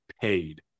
paid